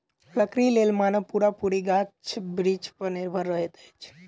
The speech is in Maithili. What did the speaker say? लकड़ीक लेल मानव पूरा पूरी गाछ बिरिछ पर निर्भर रहैत अछि